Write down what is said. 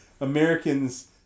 Americans